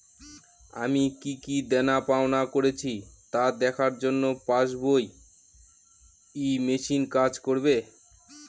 আমি কি কি দেনাপাওনা করেছি তা দেখার জন্য পাসবুক ই মেশিন কাজ করবে?